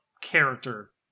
character